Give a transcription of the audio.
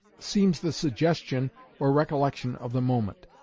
seems the suggestion or recollection of the moment.